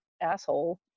asshole